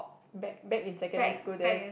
back back in secondary school there is